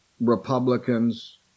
Republicans